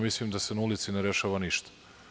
Mislim da se na ulici ne rešava ništa.